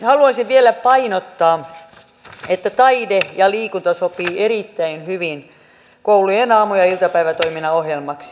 haluaisin vielä painottaa että taide ja liikunta sopivat erittäin hyvin koulujen aamu ja iltapäivätoiminnan ohjelmaksi